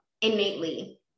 innately